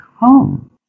home